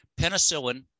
Penicillin